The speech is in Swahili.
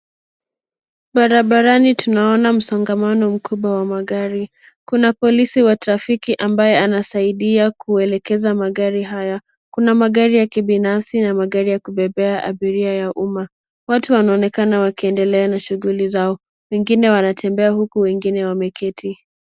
Barabarani tunaona msongamano mkubwa wa magari. Kuna polisi wa trafiki ambaye anasaidia kuelekeza magari haya. Kuna magari ya kibinafsi na magari ya kubebea abiria ya umma. Watu wanaonekana wakiendelea na shughuli zao, wengine wanatembea huku wengine wameketi.